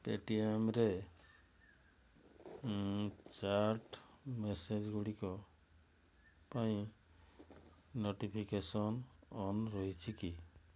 ପେଟିଏମ୍ରେ ଚାଟ୍ ମେସେଜ୍ଗୁଡ଼ିକ ପାଇଁ ନୋଟିଫିକେସନ୍ ଅନ୍ ରହିଛି କି